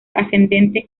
ascendente